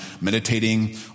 meditating